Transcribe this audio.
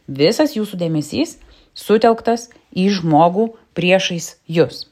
visas jūsų dėmesys sutelktas į žmogų priešais jus